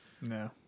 No